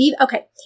Okay